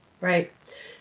Right